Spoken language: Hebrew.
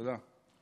תודה.